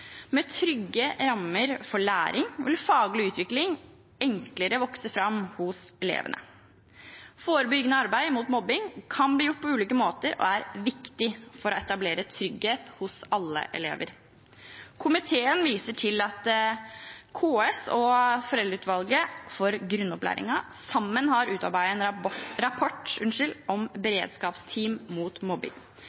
Med trygge rammer for læring vil faglig utvikling enklere vokse fram hos elevene. Forebyggende arbeid mot mobbing kan bli gjort på ulike måter og er viktig for å etablere trygghet hos alle elever. Komiteen viser til at KS og Foreldreutvalget for grunnopplæringen sammen har utarbeidet en rapport om